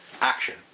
action